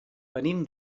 venim